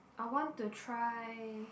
I want to try